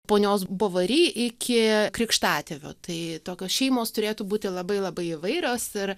ponios bovari iki krikštatėvių tai tokios šeimos turėtų būti labai labai įvairios ir